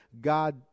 God